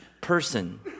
person